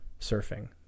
surfing